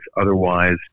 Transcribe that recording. otherwise